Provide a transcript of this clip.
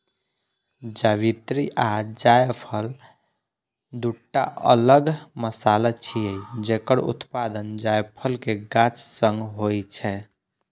जावित्री आ जायफल, दूटा अलग मसाला छियै, जकर उत्पादन जायफल के गाछ सं होइ छै